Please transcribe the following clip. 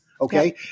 Okay